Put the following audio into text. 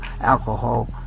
alcohol